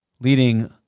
leading